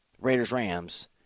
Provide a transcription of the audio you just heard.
Raiders-Rams